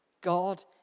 God